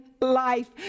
life